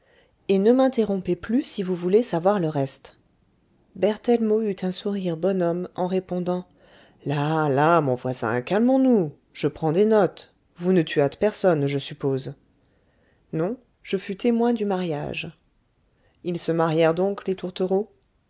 et ne m'interrompez plus si vous voulez savoir le reste berthellemot eut un sourire bonhomme en répondant la la mon voisin calmons nous je prends des notes vous ne tuâtes personne je suppose non je fus témoin du mariage ils se marièrent donc les tourtereaux